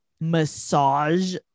massage